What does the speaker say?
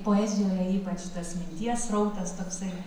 poezijoje ypač tas minties srautas toksai